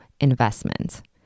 investment